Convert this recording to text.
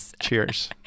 Cheers